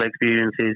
experiences